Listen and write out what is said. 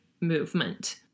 movement